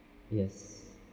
yes